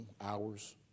hours